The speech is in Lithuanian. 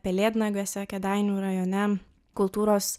pelėdnagiuose kėdainių rajone kultūros